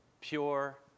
pure